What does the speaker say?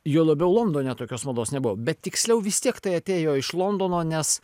juo labiau londone tokios mados nebuvo bet tiksliau vis tiek tai atėjo iš londono nes